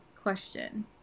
question